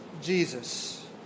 Jesus